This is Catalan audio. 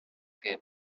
que